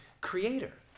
creator